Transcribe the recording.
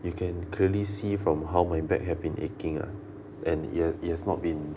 you can clearly see from how my back have been aching ah and yet it has not been